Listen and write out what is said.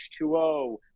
H2O